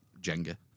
Jenga